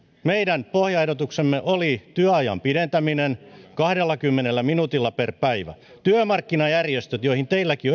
meidän pohjaehdotuksemme oli työajan pidentäminen kahdellakymmenellä minuutilla per päivä työmarkkinajärjestöt joihin teilläkin